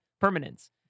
permanence